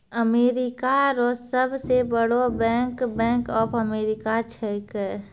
America रो सब से बड़ो बैंक बैंक ऑफ अमेरिका छैकै